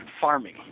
farming